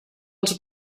els